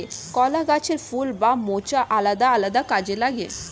কলা গাছের ফুল বা মোচা আলাদা আলাদা কাজে লাগে